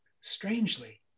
strangely